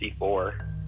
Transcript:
C4